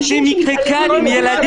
אני חייבת לענות לה.